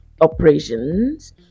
operations